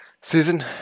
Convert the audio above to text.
season